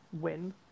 win